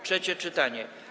Trzecie czytanie.